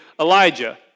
Elijah